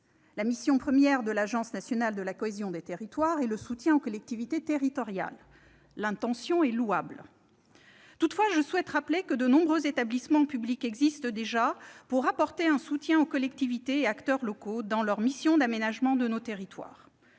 La mission première de l'Agence nationale de la cohésion des territoires est le soutien aux collectivités territoriales. L'intention est louable. Toutefois, je rappelle que de nombreux établissements publics ont déjà pour rôle d'apporter un soutien aux collectivités et aux acteurs locaux dans leur mission d'aménagement des territoires.